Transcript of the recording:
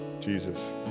Jesus